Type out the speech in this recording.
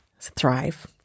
Thrive